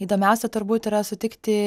įdomiausia turbūt yra sutikti